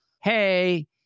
hey